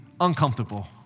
uncomfortable